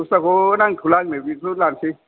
दस्राखौ नांथ'ला आंनो बेखौनो लानोसै